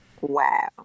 Wow